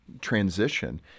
transition